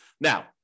Now